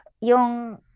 yung